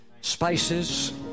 spices